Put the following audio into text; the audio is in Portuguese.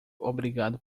obrigado